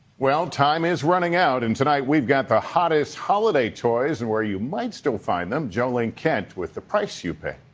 well, time is running out, and tonight we've got the hottest holiday toys and where you might still find them. jo ling kent with the price you pay.